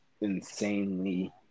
insanely